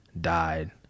died